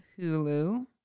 hulu